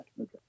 Okay